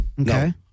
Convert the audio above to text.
Okay